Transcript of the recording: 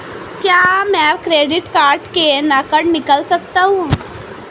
क्या मैं credit card से नकद निकाल सकता हूँ?